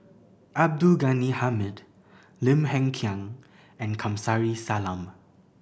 Abdul Ghani Hamid Lim Hng Kiang and Kamsari Salam